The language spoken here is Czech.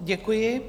Děkuji.